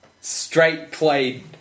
straight-played